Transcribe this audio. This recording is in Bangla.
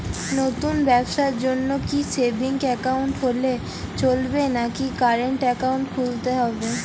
নতুন ব্যবসার জন্যে কি সেভিংস একাউন্ট হলে চলবে নাকি কারেন্ট একাউন্ট খুলতে হবে?